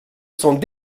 sont